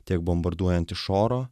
tiek bombarduojant iš oro